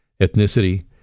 ethnicity